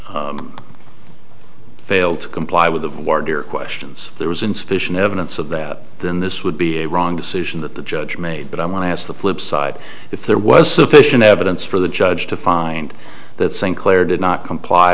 sinclair failed to comply with the questions there was insufficient evidence of that then this would be a wrong decision that the judge made but i want to ask the flipside if there was sufficient evidence for the judge to find that sinclair did not comply